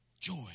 joy